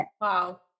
wow